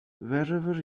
wherever